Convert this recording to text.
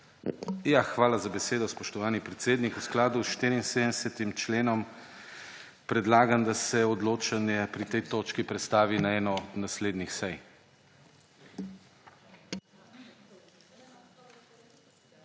Hvala za besedo, spoštovani predsednik. V skladu s 74. členom predlagam, da se odločanje pri tej točki prestavi na eno od naslednjih sej.